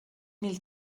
mil